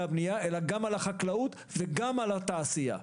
הבנייה אלא גם על החקלאות וגם על התעשייה.